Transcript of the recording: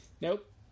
Nope